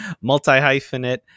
Multi-Hyphenate